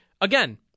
again